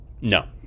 No